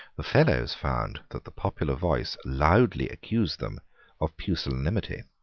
the fellows found that the popular voice loudly accused them of pusillanimity.